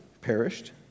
perished